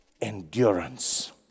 endurance